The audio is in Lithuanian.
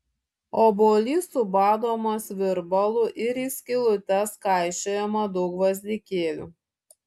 obuolys subadomas virbalu į skylutes kaišiojama daug gvazdikėlių